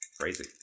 Crazy